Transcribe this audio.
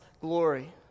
glory